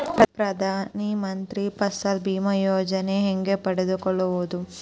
ಪ್ರಧಾನ ಮಂತ್ರಿ ಫಸಲ್ ಭೇಮಾ ಯೋಜನೆ ಹೆಂಗೆ ಪಡೆದುಕೊಳ್ಳುವುದು?